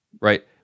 right